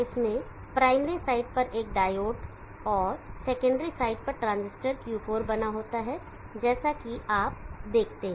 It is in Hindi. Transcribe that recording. इसमें प्राइमरी साइड पर एक डायोड और सेकेंडरी साइड पर ट्रांजिस्टर Q4 बना होता है जैसा कि आप देखते हैं